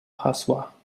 hasła